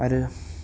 आरो